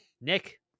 Nick